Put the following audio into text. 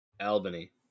Albany